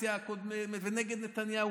הקואליציה הקודמת ונגד נתניהו,